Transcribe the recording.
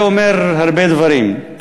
זה אומר הרבה דברים.